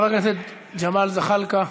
חבר הכנסת ג'מאל זחאלקה,